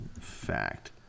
Fact